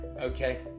okay